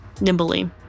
nimbly